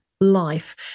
life